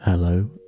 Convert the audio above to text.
Hello